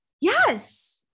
Yes